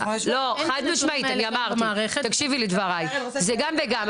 זה גם וגם,